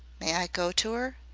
may i go to er?